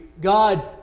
God